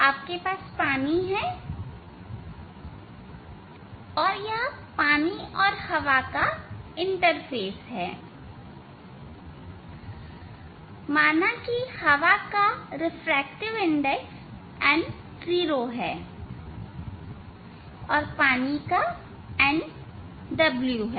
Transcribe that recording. आपके पास पानी है और यह पानी और हवा का इंटरफ़ेस है माना की हवा का रिफ्रैक्टिव इंडेक्स n0 है और पानी का nw है